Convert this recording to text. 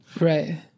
Right